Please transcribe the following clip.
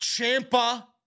Champa